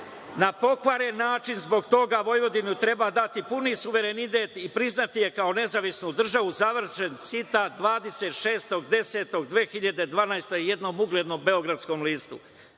na pokvaren način, zbog toga Vojvodini treba dati puni suverenitet i priznati je kao nezavisnu državu“, završen citat, 26. oktobra 2012. godine, u jednom uglednom beogradskom listu,